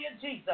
Jesus